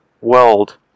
world